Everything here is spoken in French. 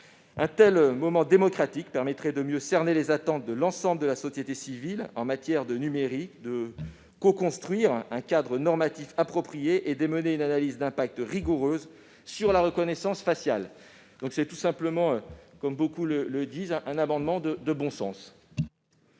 Un tel moment démocratique permettrait de mieux cerner les attentes de l'ensemble de la société civile en matière de numérique, de coconstruire un cadre normatif et de mener une analyse d'impact rigoureuse sur la reconnaissance faciale. Il s'agit donc tout simplement, comme beaucoup s'accordent à le reconnaître, d'un amendement de bon sens.